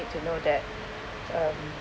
to know that um